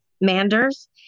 Manders